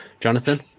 Jonathan